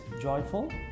joyful